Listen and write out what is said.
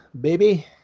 baby